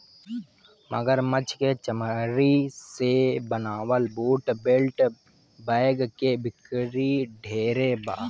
मगरमच्छ के चमरी से बनावल बूट, बेल्ट, बैग के बिक्री ढेरे बा